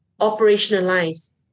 operationalize